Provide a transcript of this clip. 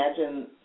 imagine